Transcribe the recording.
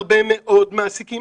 יש הרבה מאוד מעסיקים